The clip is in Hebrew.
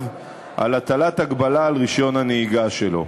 על הטלת הגבלה על רישיון הנהיגה שלו.